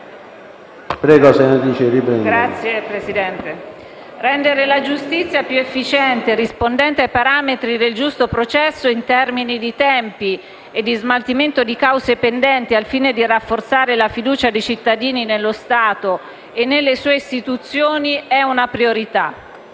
Rendere la giustizia più efficiente e rispondente ai parametri del giusto processo in termini di tempi e di smaltimento di cause pendenti al fine di rafforzare la fiducia dei cittadini nello Stato e nelle sue istituzioni è una priorità.